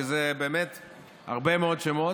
כי זה הרבה מאוד שמות,